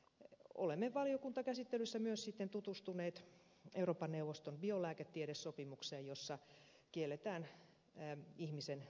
olemme valiokuntakäsittelyssä myös tutustuneet euroopan neuvoston biolääketiedesopimukseen jossa kielletään ihmisen toisintaminen